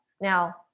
Now